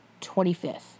25th